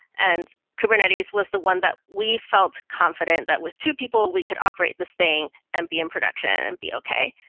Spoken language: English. and kubernetes was the one that we felt confident that with two people we could operate this thing and be in production and be okay.